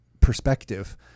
perspective